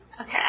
Okay